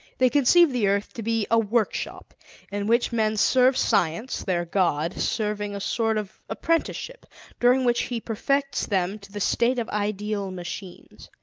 they conceive the earth to be a workshop in which men serve science, their god, serving a sort of apprenticeship during which he perfects them to the state of ideal machines.